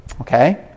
Okay